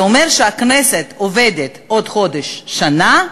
זה אומר שהכנסת עובדת בעוד חודש שנה,